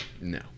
No